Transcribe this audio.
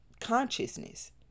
consciousness